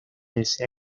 desea